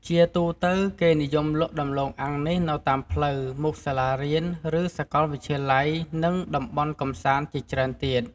ជាទូទៅ គេនិយមលក់ដំំឡូងអាំងនេះនៅតាមផ្លូវ មុខសាលារៀន ឬសកលវិទ្យាល័យ និងតំបន់កំសាន្តជាច្រើនទៀត ។